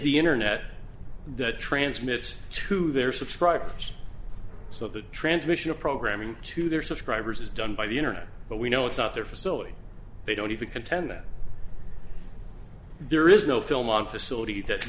the internet that transmits to their subscribers so the transmission of programming to their subscribers is done by the internet but we know it's not their facility they don't even contend that there is no film on facility that